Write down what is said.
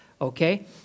okay